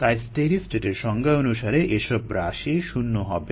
তাই স্টেডি স্টেটের সংজ্ঞানুসারেই এসব রাশি শুণ্য হবে